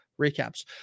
recaps